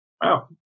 Wow